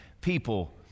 people